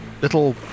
little